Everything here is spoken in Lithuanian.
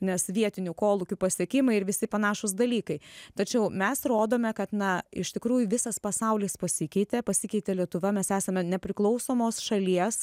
nes vietinių kolūkių pasiekimai ir visi panašūs dalykai tačiau mes rodome kad na iš tikrųjų visas pasaulis pasikeitė pasikeitė lietuva mes esame nepriklausomos šalies